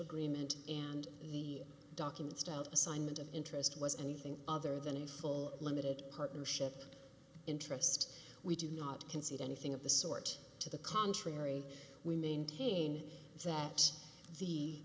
agreement and the documents to of assignment of interest was anything other than a full limited partnership interest we do not concede anything of the sort to the contrary we maintain that the